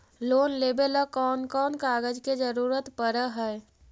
Loan लेबे ल कैन कौन कागज के जरुरत पड़ है?